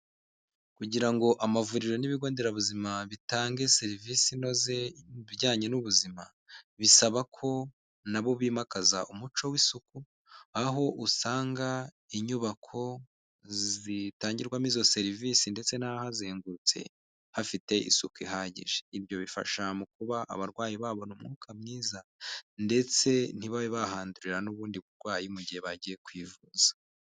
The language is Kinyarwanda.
Kugira ngo amavuriro n'ibigo nderabuzima bitange serivisi inoze mu bijyanye n'ubuzima, bisaba ko nabo bimakaza umuco w'isuku aho usanga inyubako zitangirwamo izo serivisi ndetse n'ahahazengurutse hafite isuku ihagije, ibyo bifasha mu kuba abarwayi babona umwuka mwiza ndetse ntibabe bahandurira n'ubundi burwayi mu gihe bagiye kwivuza.